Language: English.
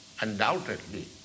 undoubtedly